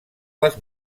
les